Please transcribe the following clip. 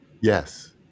Yes